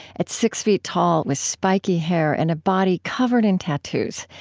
at six feet tall with spiky hair and a body covered in tattoos,